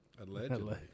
Allegedly